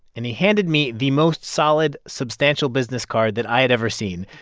and he handed me the most solid, substantial business card that i had ever seen.